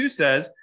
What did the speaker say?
says